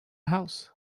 house